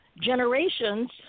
generations